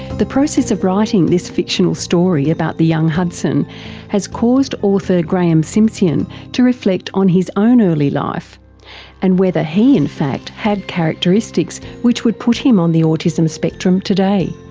the process of writing this fictional story about the young hudson has caused author graeme simsion to reflect on his own early life and whether he in fact had characteristics which would put him on the autism spectrum today.